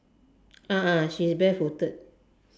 ah she is barefooted